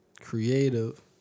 Creative